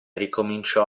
ricominciò